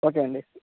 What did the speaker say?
okay అండి